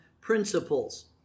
principles